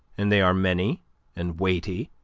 and they are many and weighty,